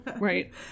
Right